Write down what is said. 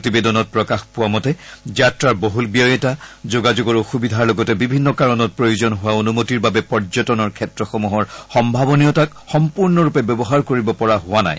প্ৰতিবেদনত প্ৰকাশ পোৱা মতে যাত্ৰাৰ বহুল ব্যয়িতা যোগাযোগৰ অসুবিধাৰ লগতে বিভিন্ন কাৰণত প্ৰয়োজন হোৱা অনুমতিৰ বাবে পৰ্যটন ক্ষেত্ৰসমূহৰ সম্ভাৱনীয়তাক সম্পূৰ্ণৰূপে ব্যৱহাৰ কৰিব পৰা হোৱা নাই